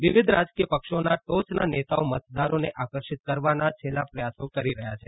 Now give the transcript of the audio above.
વિવિધ રાજકીય પક્ષોના ટોચના નેતાઓ મતદારોને આકર્ષિત કરવાના છેલ્લા પ્રયાસો કરી રહ્યા છે